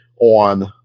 on